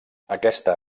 aquesta